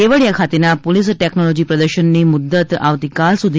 કેવડીયા ખાતેના police technology પ્રદર્શનની મુદત આવતીકાલ સુધી